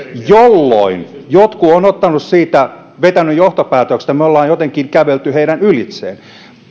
jolloin jotkut ovat vetäneet siitä johtopäätöksen että me olemme jotenkin kävelleet heidän ylitseen